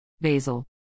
Basil